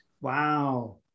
Wow